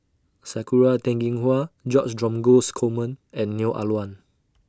Sakura Teng Ying Hua George Dromgold Coleman and Neo Ah Luan